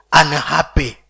unhappy